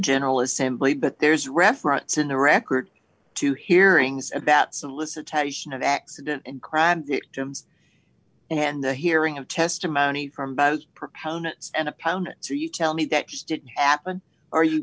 general assembly but there's reference in the record to hearings about solicitation of accident and crabbed gyms and the hearing of testimony from buzz proponents and opponents so you tell me that just didn't happen or you